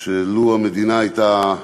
שאילו הייתה המדינה,